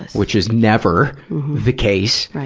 which is never the case,